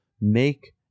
make